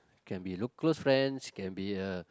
can be close friends can be a